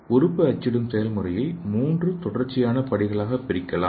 உறுப்பு அச்சிடும் செயல்முறையை 3 தொடர்ச்சியான படிகளாக பிரிக்கலாம்